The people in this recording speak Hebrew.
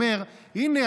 הוא אמר: הינה,